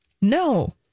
No